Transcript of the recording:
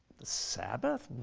the sabbath,